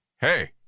hey